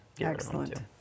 Excellent